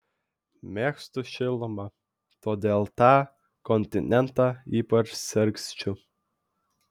mėgstu šilumą todėl tą kontinentą ypač sergsčiu